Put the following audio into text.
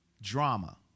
drama